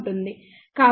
కాబట్టి 1 divided by 0